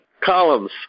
columns